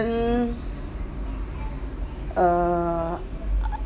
then err